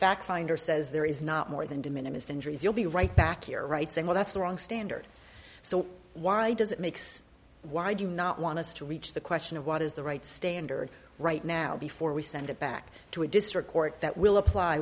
fact finder says there is not more than de minimus injuries you'll be right back your rights and well that's the wrong standard so why does it makes why do you not want us to reach the question of what is the right standard right now before we send it back to a district court that will apply